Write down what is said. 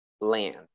land